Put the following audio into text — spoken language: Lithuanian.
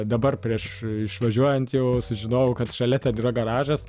dabar prieš išvažiuojant jau sužinojau kad šalia ten yra garažas